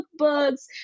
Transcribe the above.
cookbooks